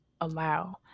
allow